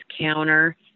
counter